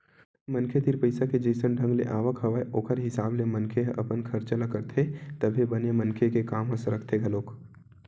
मनखे तीर पइसा के जइसन ढंग ले आवक हवय ओखर हिसाब ले मनखे ह अपन खरचा ल करथे तभे बने मनखे के काम ह सरकथे घलोक